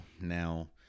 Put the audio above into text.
now